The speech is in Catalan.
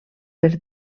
per